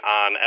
on